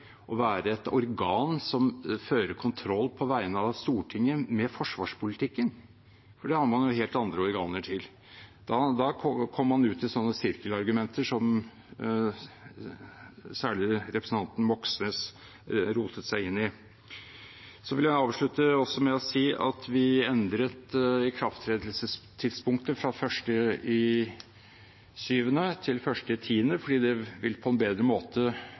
å være et organ som fører kontroll med forsvarspolitikken på vegne av Stortinget, for det har man helt andre organer til. Da kommer man ut i sånne sirkelargumenter som særlig representanten Moxnes rotet seg inn i. Jeg vil avslutte med å si at vi endret ikrafttredelsestidspunket fra 1. juli til 1. oktober fordi det på en bedre måte